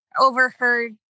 overheard